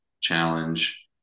challenge